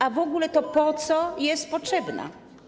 A w ogóle to po co jest potrzebna?